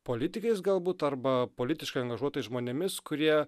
politikais galbūt arba politiškai angažuotais žmonėmis kurie